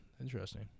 Interesting